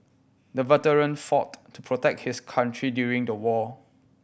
the veteran fought to protect his country during the war